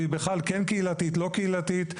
והיא בכלל כן קהילתית, לא קהילתית.